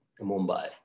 mumbai